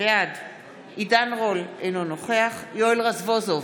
בעד עידן רול, אינו נוכח יואל רזבוזוב,